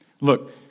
Look